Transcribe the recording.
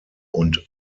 und